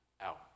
out